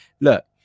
Look